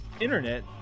internet